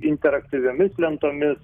interaktyviomis lentomis